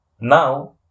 Now